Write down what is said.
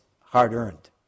hard-earned